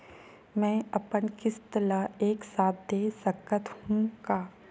मै अपन किस्त ल एक साथ दे सकत हु का?